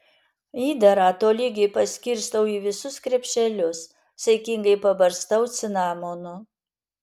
įdarą tolygiai paskirstau į visus krepšelius saikingai pabarstau cinamonu